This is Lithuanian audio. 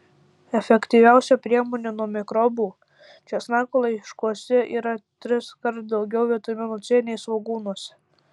efektyviausia priemonė nuo mikrobų česnakų laiškuose yra triskart daugiau vitamino c nei svogūnuose